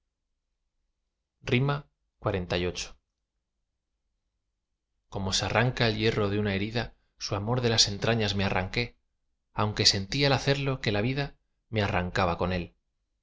xlviii como se arranca el hierro de una herida su amor de las entrañas me arranqué aunque sentí al hacerlo que la vida me arrancaba con él